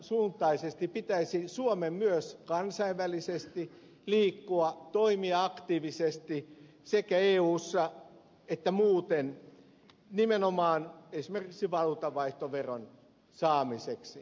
tämänsuuntaisesti pitäisi suomen myös kansainvälisesti liikkua toimia aktiivisesti sekä eussa että muuten nimenomaan esimerkiksi valuutanvaihtoveron saamiseksi